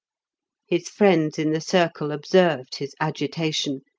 his friends in the circle observed his agitation,